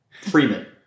Freeman